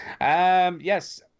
Yes